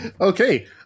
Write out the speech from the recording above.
Okay